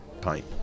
pint